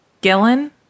Gillen